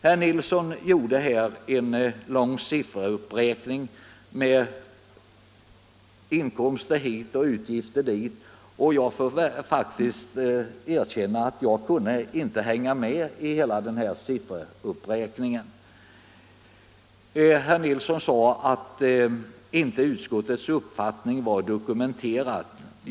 Herr Nilsson i Tvärålund gjorde en lång sifferuppräkning med inkomster hit och utgifter dit, och jag måste faktiskt erkänna att jag inte kunde hänga med i hela den uppräkningen. Herr Nilsson sade att utskottets uppfattning inte var dokumenterad.